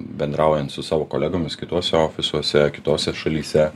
bendraujant su savo kolegomis kituose ofisuose kitose šalyse